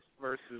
versus